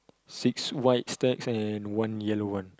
six white stacks and one yellow one